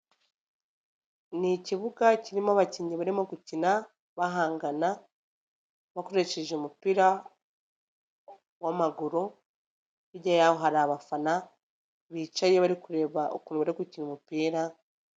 Ni ikibuga kirimo abakinnyi barimo gukina, bahangana bakoresheje umupira w'amaguru, hirya yaho hari abafana bicaye bari kureba ukuntu bari gukina umupira.